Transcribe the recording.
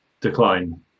decline